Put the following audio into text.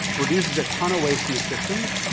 reduces a ton of waste in the system,